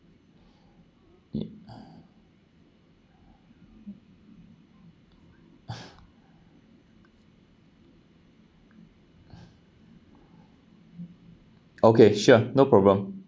okay sure no problem